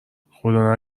خدا